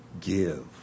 give